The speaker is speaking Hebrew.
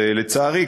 לצערי,